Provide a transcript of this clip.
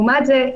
לעומת זה,